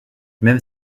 même